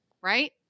right